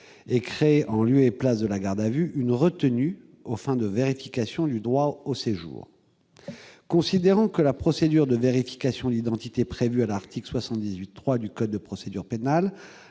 et créé, en lieu et place de la garde à vue, une retenue aux fins de vérification du droit de séjour. Considérant que la procédure de vérification d'identité prévue à l'article 78-3 du code de procédure pénale,